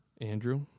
Andrew